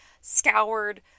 scoured